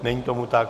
Není tomu tak.